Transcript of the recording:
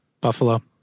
Buffalo